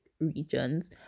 regions